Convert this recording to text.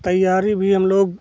तैयारी भी हम लोग